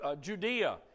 Judea